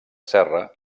serra